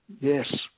Yes